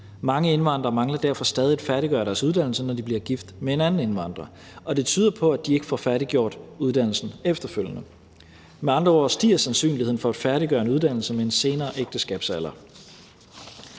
Mange indvandrere mangler derfor stadig at færdiggøre deres uddannelse, når de bliver gift med en anden indvandrer, og det tyder på, at de ikke får færdiggjort uddannelsen efterfølgende. Med andre ord stiger sandsynligheden for at færdiggøre en uddannelse med en senere ægteskabsalder.